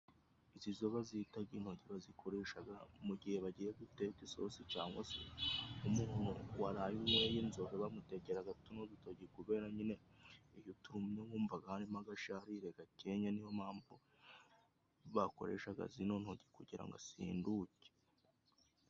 Izi zo bazita intoryi, bazikoresha mu gihe bagiye guteka isosi cyangwa se nk' umuntu waraye unyoye inzoga bamutekera tuno dutoryi, kuberako nyine iyo uturumyeho wumva harimo agasharire gakenya, ni yo mpamvu bakoresha zino ntoryi kugira ngo asinduke.